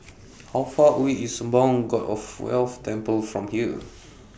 How Far away IS Sembawang God of Wealth Temple from here